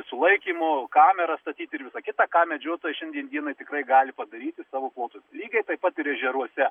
sulaikymo kamerą statyti ir visa kita ką medžiotojai šiandien dienai tikrai gali padaryti savo plotuos lygiai taip pat ir ežeruose